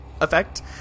effect